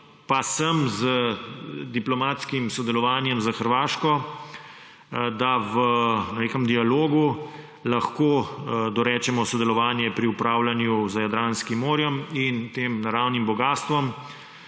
pa sem z diplomatskim sodelovanjem s Hrvaško, da na nekem dialogu lahko dorečemo sodelovanje pri upravljanju z Jadranskim morjem in tem naravnim bogastvom,